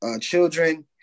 children